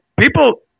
people